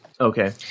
okay